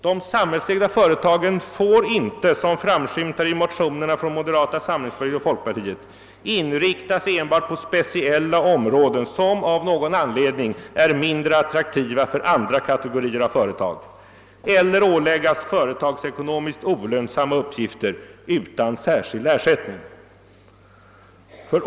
De samhällsägda företagen får inte, som framskymtar i motionerna från moderata samlingspartiet och folkpartiet, inriktas enbart på speciella områden, som av någon anledning är mindre attraktiva för andra kategorier av företag, eller åläggas företagsekonomiskt olönsamma uppgifter utan särskild ersättning.